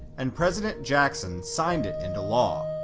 and president jackson signed it into law.